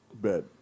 bed